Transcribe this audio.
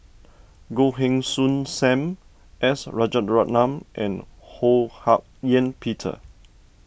Goh Heng Soon Sam S Rajaratnam and Ho Hak Ean Peter